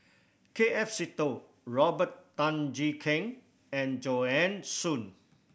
K F Seetoh Robert Tan Jee Keng and Joanne Soo